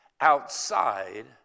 outside